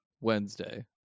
Wednesday